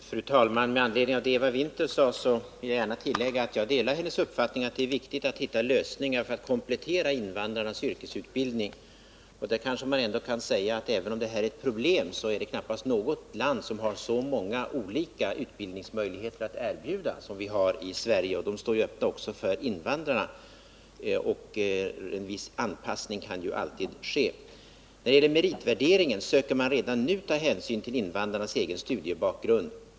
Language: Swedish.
Fru talman! Med anledning av vad Eva Winther sade vill jag gärna tillägga att jag delar hennes uppfattning att det är viktigt att hitta lösningar för att komplettera invandrarnas yrkesutbildning. Kanske man ändå kan säga att, även om detta är ett problem, det knappast finns något land som har så många utbildningsmöjligheter att erbjuda som Sverige. De står ju öppna också för invandrarna, och en viss anpassning kan ju alltid ske. När det gäller meritvärderingen söker man redan nu ta hänsyn till invandrarnas egen studiebakgrund.